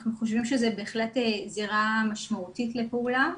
אנחנו חושבים שזו בהחלט זירה משמעותית לפעולה.